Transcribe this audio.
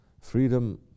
freedom